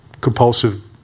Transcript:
compulsive